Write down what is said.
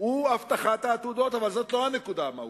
הוא הבטחת העתודות, אבל זאת לא הנקודה המהותית.